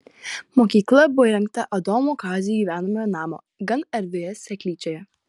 mokykla buvo įrengta adomo kazio gyvenamojo namo gan erdvioje seklyčioje